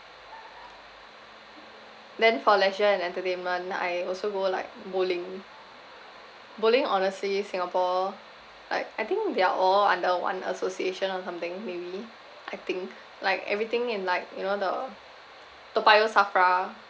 then for leisure and entertainment I also go like bowling bowling honestly singapore like I think they are all under one association or something maybe I think like everything in like you know the toa payoh SAFRA